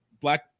black